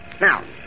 Now